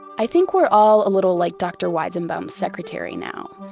i think we're all a little like dr. weizenbaum's secretary now.